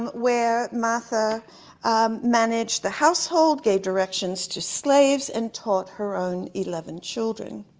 where martha managed the household, gave directions to slaves, and taught her own eleven children.